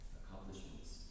accomplishments